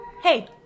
Hey